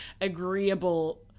agreeable